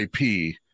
IP